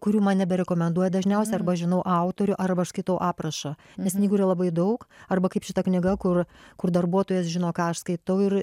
kurių man neberekomenduoja dažniausiai arba aš žinau autorių arba skaitau aprašą nes knygų yra labai daug arba kaip šita knyga kur kur darbuotojas žino ką aš skaitau ir